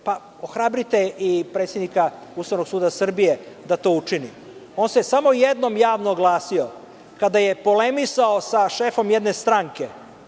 Ohrabrite i predsednika Ustavnog suda Srbije da to učini. On se samo jednom javno oglasio kada je polemisao sa šefom jedne stranke,